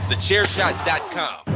TheChairShot.com